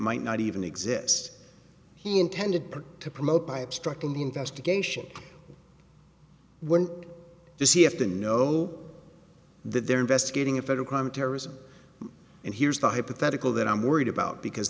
might not even exist he intended to promote by obstructing the investigation when they see if the know that they're investigating a federal crime terrorism and here's the hypothetical that i'm worried about because